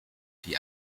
die